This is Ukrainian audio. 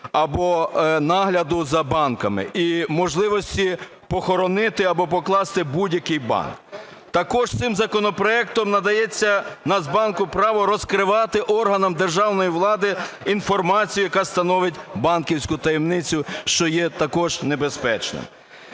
або нагляду за банками і можливості похоронити або покласти будь-який банк. Також цим законопроектом надається Нацбанку право розкривати органам державної влади інформацію, яка становить банківську таємницю, що є також небезпечно.